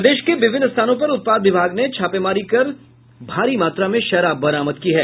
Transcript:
प्रदेश के विभिन्न स्थानों पर उत्पाद विभाग ने छापेमारी कर भारी मात्रा में शराब बरामद की है